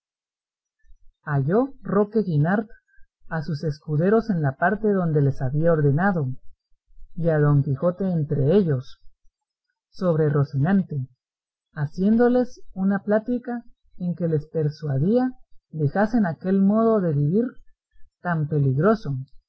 halló roque guinart a sus escuderos en la parte donde les había ordenado y a don quijote entre ellos sobre rocinante haciéndoles una plática en que les persuadía dejasen aquel modo de vivir tan peligroso